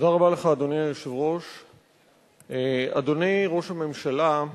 אדוני היושב-ראש, תודה רבה לך, אדוני ראש הממשלה,